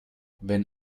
wenn